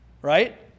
Right